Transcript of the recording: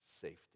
safety